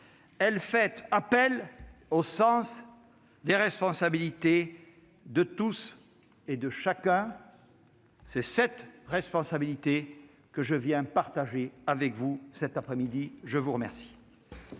elle fait appel au sens des responsabilités de tous et de chacun. C'est cette responsabilité que je viens partager avec vous cet après-midi. Nous en